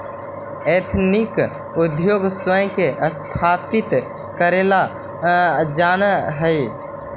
ethnic उद्योगी स्वयं के स्थापित करेला जानऽ हई